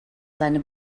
seine